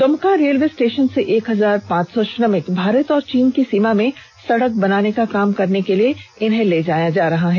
Dumka railway station से एक हजार पांच सौ श्रमिक भारत और चीन की सीमा में सडक बनाने का काम करने के लिए ले जाया जा रहा है